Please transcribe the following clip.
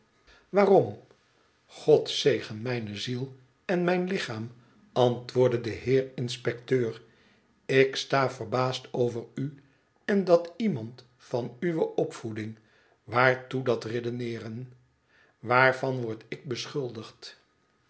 waarom god zegen mijne ziel en mijn lichaam antwoordde de heer inspecteur ik sta verbaasd over u en dat iemand van uwe opvoeding waartoe dat redeneeren waarvan word ik beschuldigd